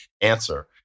answer